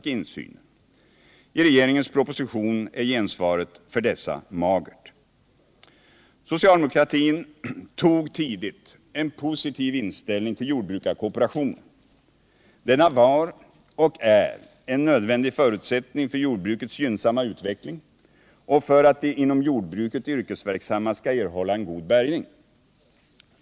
I regeringens proposition är gensvaret för dessa magert. Socialdemokratin tog tidigt en positiv inställning till jordbrukarkooperationen. Denna var och är en nödvändig förutsättning för jordbrukets gynnsamma utveckling och för att de inom jordbruket yrkesverksamma skall erhålla en god bärgning.